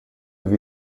wie